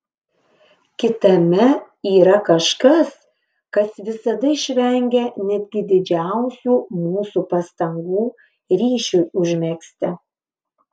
kitame yra kažkas kas visada išvengia netgi didžiausių mūsų pastangų ryšiui užmegzti